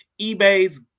eBay's